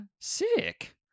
sick